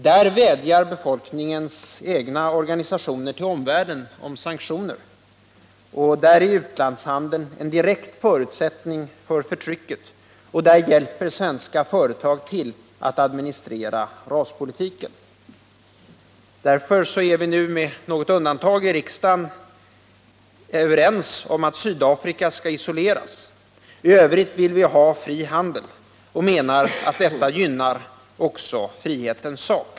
Där vädjar befolkningens egna organisationer till omvärlden om sanktioner, där är utlandshandeln en direkt förutsättning för förtrycket och där hjälper svenska företag till att administrera raspolitiken. Därför är vi nu, med något undantag, i riksdagen överens om att Sydafrika skall isoleras. I övrigt vill vi ha fri handel och menar att detta också gynnar frihetens sak.